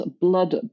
blood